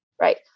Right